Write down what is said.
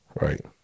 Right